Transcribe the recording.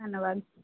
ਧੰਨਵਾਦ